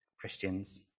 Christians